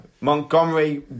Montgomery